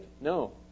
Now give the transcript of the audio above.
No